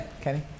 Kenny